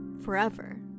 forever